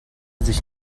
sich